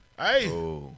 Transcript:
Hey